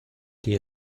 die